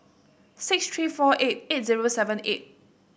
six three four eight eight zero seven eight